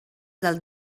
del